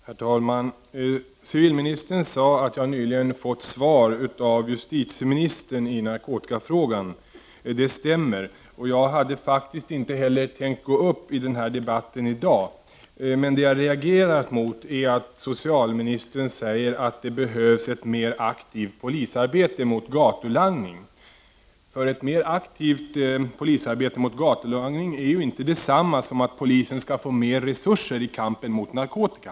Herr talman! Socialministern sade att jag nyligen fått svar av justitieministern i narkotikafrågan. Det stämmer. Jag hade faktiskt inte heller tänkt gå uppi den här debatten i dag, men jag reagerar mot att socialministern säger att det behövs ett mer aktivt polisarbete mot gatulangning. Mer aktivt polisarbete är ju inte detsamma som att polisen skall få mer resurser i kampen mot narkotika.